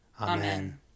Amen